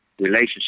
relationship